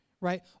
right